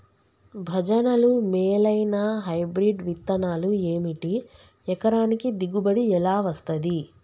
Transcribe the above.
భజనలు మేలైనా హైబ్రిడ్ విత్తనాలు ఏమిటి? ఎకరానికి దిగుబడి ఎలా వస్తది?